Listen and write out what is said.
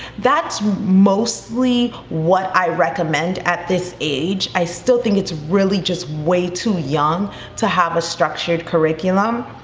that's mostly what i recommend at this age, i still think it's really just way too young to have a structured curriculum.